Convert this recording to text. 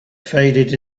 faded